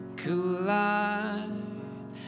collide